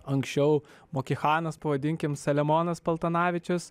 anksčiau mohikanas pavadinkim selemonas paltanavičius